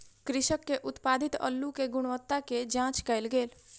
कृषक के उत्पादित अल्लु के गुणवत्ता के जांच कएल गेल